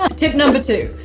ah tip number two.